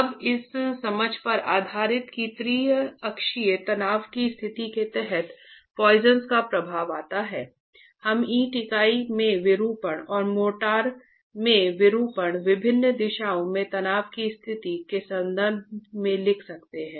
अब इस समझ पर आधारित कि त्रिअक्षीय तनाव की स्थिति के तहत पॉइसन का प्रभाव आता है हम ईंट इकाई में विरूपण और मोर्टार में विरूपण विभिन्न दिशाओं में तनाव की स्थिति के संबंध में लिख सकते हैं